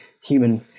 human